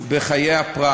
בחיי הפרט,